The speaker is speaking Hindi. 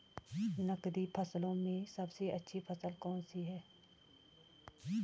नकदी फसलों में सबसे अच्छी फसल कौन सी है?